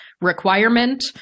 requirement